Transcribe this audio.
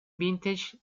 vintage